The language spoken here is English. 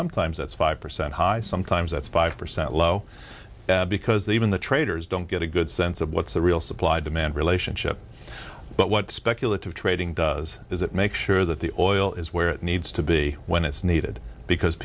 sometimes that's five percent high sometimes that's five percent low because the even the traders don't get a good sense of what's the real supply demand relationship but what speculative trading does is it make sure that the oil is where it needs to be when it's needed because